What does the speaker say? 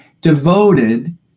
devoted